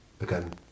again